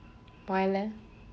why leh